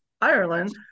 Ireland